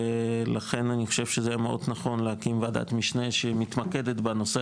ולכן אני חושב שזה מאוד נכון להקים ועדת משנה שמתמקדת בנושא